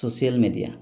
social media